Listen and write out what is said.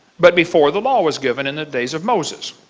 but before the law was given in the days of moses.